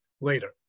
later